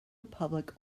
public